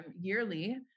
yearly